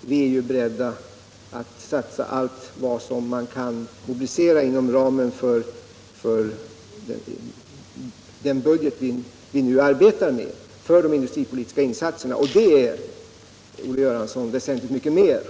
Vi är beredda att satsa allt vad man kan mobilisera inom ramen förden I budget, som vi nu arbetar med, för de industripolitiska insatserna. Det är, . Om åtgärder för att Olle Göransson, väsentligt mycket mer